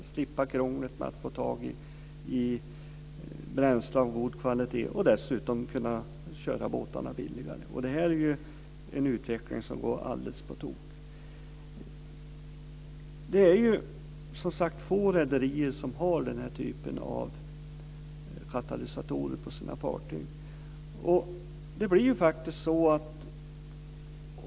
De slipper krånglet med att få tag i bränsle av god kvalitet och kan dessutom köra båtarna billigare. Det är en utveckling som är alldeles på tok. Det är få rederier som har den här typen av katalysatorer på sina fartyg.